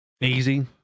easy